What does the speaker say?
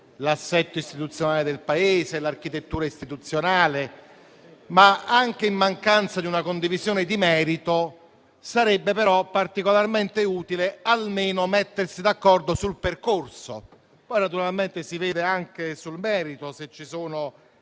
l'assetto istituzionale del Paese e la sua architettura istituzionale. Anche in mancanza di una condivisione di merito, sarebbe particolarmente utile almeno mettersi d'accordo sul percorso. Poi si vede se anche sul merito ci sono